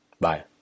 Bye